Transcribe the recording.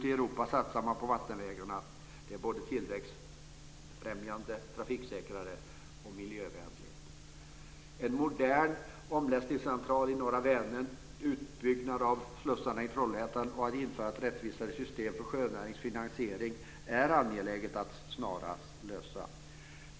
I Europa satsar man på vattenvägarna. Det är både tillväxtfrämjande, trafiksäkrare och miljövänligt. En modern omlastningscentral i norra Vänern, utbyggnad av slussarna i Trollhättan och att införa ett rättvisare system för sjönäringens finansiering är angelägna frågor som bör lösas snarast.